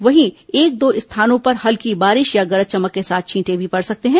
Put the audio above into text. वहीं एक दो स्थानों पर हल्की बारिश या गरज चमक के साथ छींटे भी पड़ सकते हैं